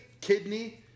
Kidney